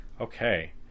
okay